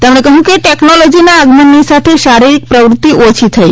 તેમણે કહ્યું કે ટેકનોલોજીના આગમનની સાથે શારીરીક પ્રવૃત્તિ ઓછી થઇ